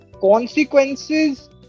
consequences